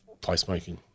placemaking